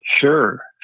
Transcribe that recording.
Sure